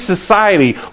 society